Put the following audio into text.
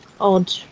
odd